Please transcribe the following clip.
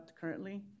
currently